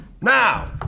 Now